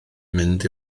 mynd